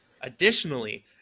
Additionally